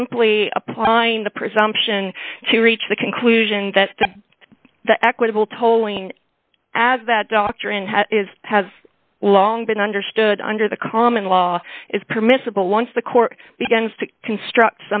simply applying the presumption to reach the conclusion that the equitable tolling as that doctrine is has long been understood under the common law is permissible once the court begins to construct